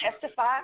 Testify